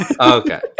okay